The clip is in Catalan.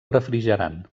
refrigerant